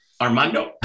Armando